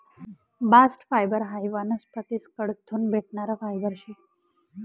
bast fibre हायी वनस्पतीस कडथून भेटणारं फायबर शे